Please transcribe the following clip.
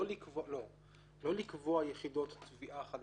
ולא לקבוע יחידות תביעה חדשות.